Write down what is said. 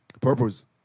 Purpose